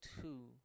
two